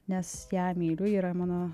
nes ją myliu ji yra mano